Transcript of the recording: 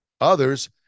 Others